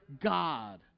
God